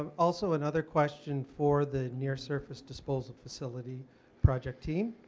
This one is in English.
um also another question for the near surface disposal facility project team.